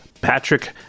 Patrick